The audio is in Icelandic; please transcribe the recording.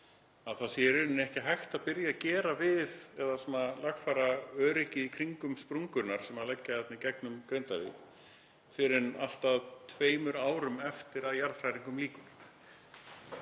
það sé í rauninni ekki hægt að byrja að gera við eða lagfæra svo öruggt sé í kringum sprungurnar sem liggja í gegnum Grindavík fyrr en allt að tveimur árum eftir að jarðhræringum lýkur.